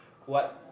what